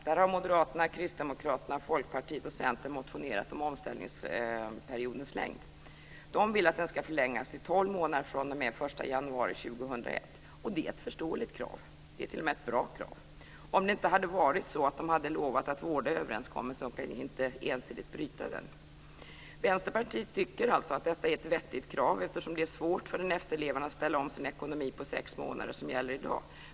Där har Moderaterna, Kristdemokraterna, Folkpartiet och Centern motionerat om omställningsperiodens längd. De vill att den ska förlängas till tolv månader fr.o.m. den 1 januari 2001. Det är ju ett förståeligt krav. Det är t.o.m. ett bra krav om det inte hade varit så att de lovat att vårda överenskommelsen och inte ensidigt bryta den. Vänsterpartiet tycker alltså att detta är ett vettigt krav, eftersom det är svårt för den efterlevande att ställa om sin ekonomi på de sex månader som gäller i dag.